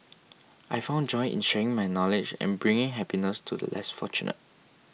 I found joy in sharing my knowledge and bringing happiness to the less fortunate